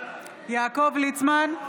נעמה לזימי, נגד יעקב ליצמן,